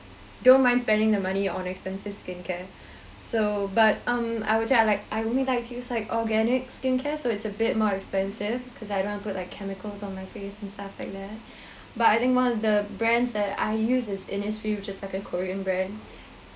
don't mind spending the money on expensive skincare so but um I would say I like I only like to use like organic skincare so it's a bit more expensive because I don't want to put like chemicals on my face and stuff like that but I think one of the brands that I use is innisfree which is like a korean brand